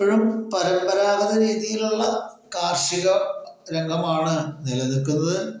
ഇപ്പഴും പരമ്പരാഗത രീതിയിലുള്ള കാർഷിക രംഗമാണ് നിലനിക്കുന്നത്